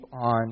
on